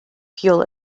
fuel